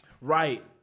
Right